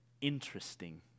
interesting